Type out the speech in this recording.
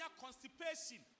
constipation